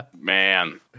Man